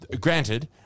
Granted